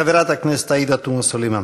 חברת הכנסת עאידה תומא סלימאן.